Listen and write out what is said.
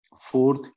Fourth